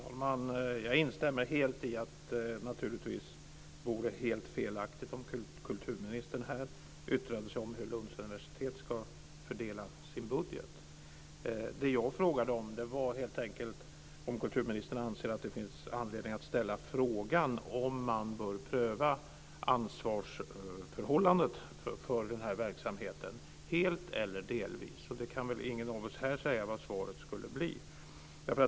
Fru talman! Jag instämmer i att det vore helt felaktigt att kulturministern här yttrade sig om hur Lunds universitet ska fördela sin budget. Det jag frågade om var helt enkelt om kulturministern anser att man bör pröva frågan om ansvarsförhållandet när det gäller den här verksamheten helt eller delvis. Ingen av oss här skulle väl kunna säga vad svaret skulle bli.